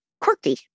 quirky